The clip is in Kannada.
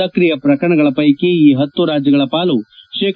ಸಕ್ರಿಯ ಪ್ರಕರಣಗಳ ಪೈಕಿ ಈ ಪತ್ತು ರಾಜ್ಯಗಳ ಪಾಲು ಶೇ